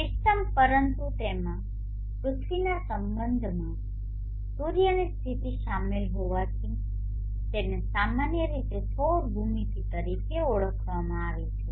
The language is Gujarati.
સિસ્ટમ પરંતુ તેમાં પૃથ્વીના સંબંધમાં સૂર્યની સ્થિતિ શામેલ હોવાથી તેને સામાન્ય રીતે સૌર ભૂમિતિ તરીકે ઓળખવામાં આવે છે